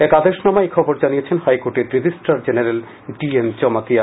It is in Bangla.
এক আদেশনামায় এখবর জানিয়েছেন হাইকোর্টের registrar general D M Jamatia